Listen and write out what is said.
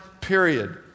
period